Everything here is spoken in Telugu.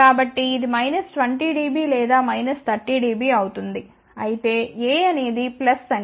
కాబట్టి ఇది మైనస్ 20 డిబి లేదా మైనస్ 30 డిబి అవుతుంది అయితే A అనేది ప్లస్ సంఖ్య